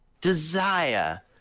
desire